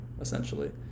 essentially